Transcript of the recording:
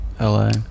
LA